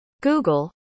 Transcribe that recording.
Google